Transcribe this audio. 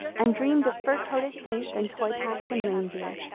and dreamed of fur-coated saints and toy-packs and reindeer,